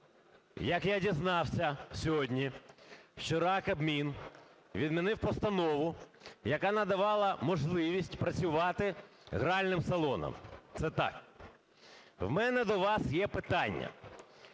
як я дізнався сьогодні, вчора Кабмін відмінив постанову, яка надавала можливість працювати гральним салонам, це так. В мене до вас є питання.